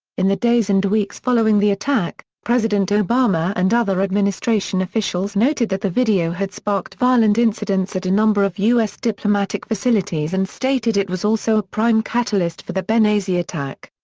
in the days and weeks following the attack, president obama and other administration officials noted that the video had sparked violent incidents at a number of u s. diplomatic facilities and stated it was also a prime catalyst for the benghazi attack.